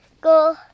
go